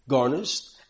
Garnished